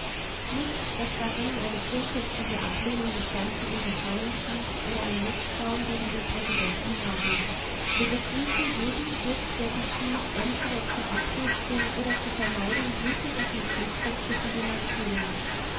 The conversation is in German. nicht daß darin eine grundsätzliche ablehnung des ganzen unterfangens liegt oder ein mißtrauen gegen den präsidenten harding wir begrüßen jeden schritt der geschieht entweder zur abrüstung oder zur vermeidung blutiger konflikte zwischen den nationen